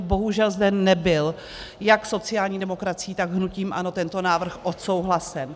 Bohužel zde nebyl jak sociální demokracií, tak hnutím ANO tento návrh odsouhlasen.